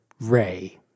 Ray